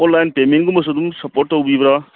online ꯄꯦꯃꯦꯟꯒꯨꯝꯕꯁꯨ ꯑꯗꯨꯝ support ꯇꯧꯕꯤꯕ꯭ꯔ